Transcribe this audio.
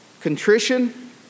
Contrition